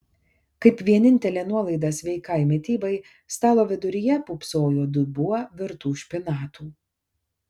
kaip vienintelė nuolaida sveikai mitybai stalo viduryje pūpsojo dubuo virtų špinatų